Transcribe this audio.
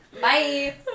bye